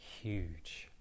huge